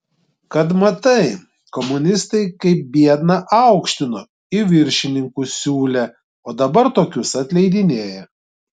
kad matai komunistai kaip biedną aukštino į viršininkus siūlė o dabar tokius atleidinėja